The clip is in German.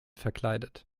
verkleidet